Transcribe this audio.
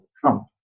Trump